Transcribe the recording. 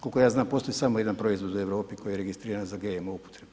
Koliko ja znam, postoji samo jedan proizvod u Europi koji je registriran za GMO upotrebu.